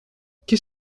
qu’est